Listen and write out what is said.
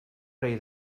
rei